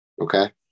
Okay